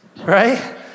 right